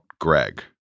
Greg